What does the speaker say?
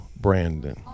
Brandon